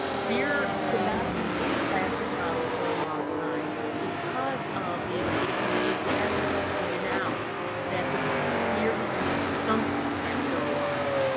beer could not be in plastic bottles for a long time because of the exchanges of gases in and out that the the beer became skunky after a while.